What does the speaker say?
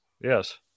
Yes